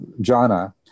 jhana